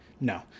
No